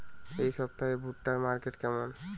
এই সপ্তাহে ভুট্টার মার্কেট কেমন?